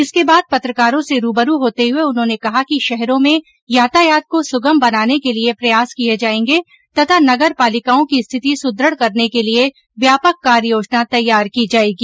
इसके बाद पत्रकारों से रूबरू होते हुए उन्होंने कहा कि शहरों में यातायात को सुगम बनाने के लिए प्रयास किए जाएंगे तथा नगरपालिकाओं की स्थिति सुदृढ करने के लिए व्यापक कार्य योजना तैयार की जाएगी